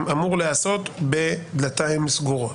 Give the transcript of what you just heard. אמור להיעשות בדלתיים סגורות.